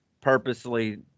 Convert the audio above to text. Purposely